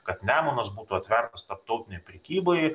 kad nemunas būtų atvertas tarptautinei prekybai